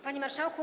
Panie Marszałku!